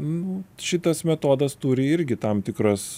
nu šitas metodas turi irgi tam tikras